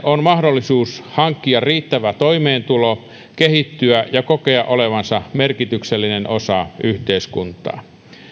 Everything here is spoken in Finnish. on mahdollisuus hankkia riittävä toimeentulo kehittyä ja kokea olevansa merkityksellinen osa yhteiskuntaa